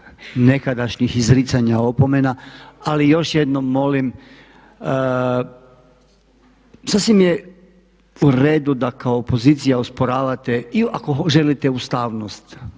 nekadašnjih izricanja opomena. Ali još jednom molim, sasvim je u redu da kao opozicija osporavate i ako želite ustavnost